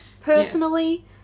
personally